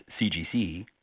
CGC